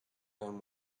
them